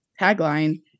tagline